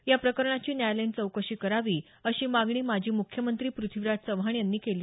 या प्रकरणाची न्यायालयीन चौकशी करावी अशी मागणी माजी मुख्यमंत्री पृथ्वीराज चव्हाण यांनी केली